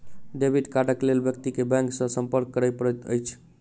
debit कार्डक लेल व्यक्ति के बैंक सॅ संपर्क करय पड़ैत अछि